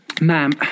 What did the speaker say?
Ma'am